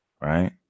Right